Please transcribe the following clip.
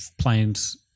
planes